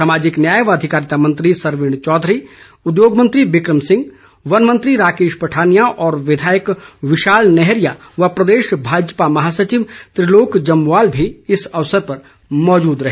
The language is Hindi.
सामाजिक न्याय व अधिकारिता मंत्री सरवीण चौधरी उद्योग मंत्री बिक्रम सिंह वन मंत्री राकेश पठानिया और विधायक विशाल नैहरिया व प्रदेश भाजपा महासचिव त्रिलोक जम्वाल भी इस अवसर पर मौजूद रहे